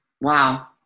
Wow